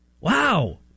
Wow